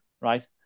right